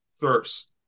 thirst